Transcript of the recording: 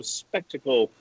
spectacle